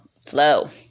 flow